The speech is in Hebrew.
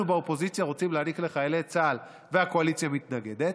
באופוזיציה רוצים להעניק לחיילי צה"ל והקואליציה מתנגדת.